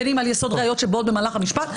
בין אם על יסוד ראיות שבאות במהלך המשפט.